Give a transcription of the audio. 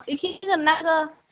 एसे होगोन आङो